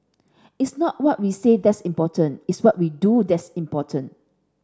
it's not what we say that's important it's what we do that's important